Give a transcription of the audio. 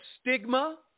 stigma